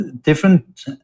different